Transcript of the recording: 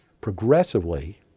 progressively